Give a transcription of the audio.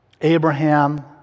Abraham